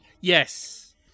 Yes